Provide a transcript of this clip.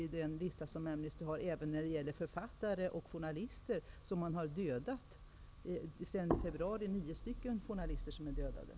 Amnesty har en lista som upptar även författare och journalister. Sedan februari har nio journalister dödats.